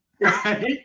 Right